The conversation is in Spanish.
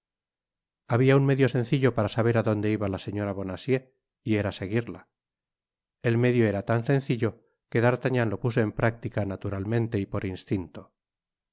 habia un medio muy sencillo para saber á donde iba la señora bonacieux y era seguirla el medio era tan sencillo que d'artagnan lo puso en práctica naturalmente y por instinto